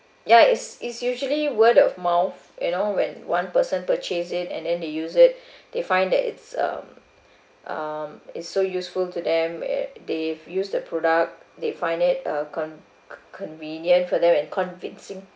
ya is is usually word of mouth you know when one person purchased it and then they use it they find that it's um um is so useful to them that they've used the product they find it uh con~ convenient for them and convincing